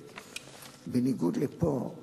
שבניגוד למה שיש פה,